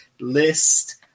list